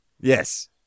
Yes